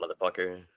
motherfucker